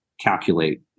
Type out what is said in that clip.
calculate